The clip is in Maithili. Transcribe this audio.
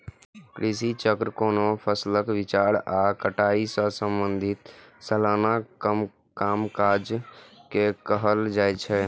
कृषि चक्र कोनो फसलक विकास आ कटाई सं संबंधित सलाना कामकाज के कहल जाइ छै